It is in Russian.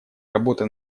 работы